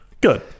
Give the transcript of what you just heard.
good